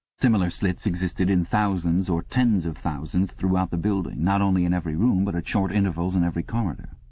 similar slits existed in thousands or tens of thousands throughout the building, not only in every room but at short intervals in every corridor.